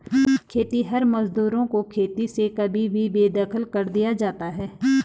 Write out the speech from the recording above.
खेतिहर मजदूरों को खेती से कभी भी बेदखल कर दिया जाता है